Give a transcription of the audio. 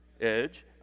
edge